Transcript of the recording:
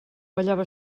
ballava